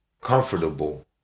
comfortable